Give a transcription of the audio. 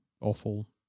awful